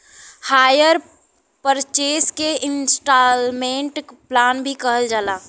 hire purchase के instalment plan भी कहल जाला